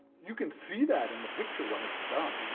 you can see that in the picture when it's done.